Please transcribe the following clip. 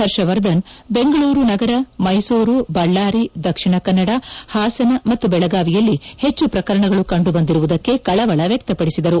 ಹರ್ಷವರ್ಧನ್ ಬೆಂಗಳೂರು ನಗರ ಮೈಸೂರು ಬಳ್ಳಾರಿ ದಕ್ಷಿಣ ಕನ್ನಡ ಹಾಸನ ಮತ್ತು ಬೆಳಗಾವಿಯಲ್ಲಿ ಹೆಚ್ಚು ಪ್ರಕರಣಗಳು ಕಂಡುಬಂದಿರುವುದಕ್ಕೆ ಕಳವಳ ವ್ಯಕ್ತಪಡಿಸಿದರು